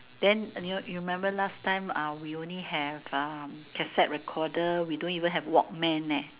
then you know you remember last time uh we only have uh cassette recorder we don't even have walkman leh